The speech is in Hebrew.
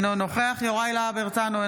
אינו נוכח יוראי להב הרצנו,